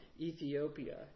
Ethiopia